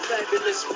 Fabulous